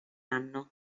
anno